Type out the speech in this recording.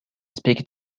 speak